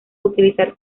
utilizar